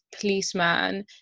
policeman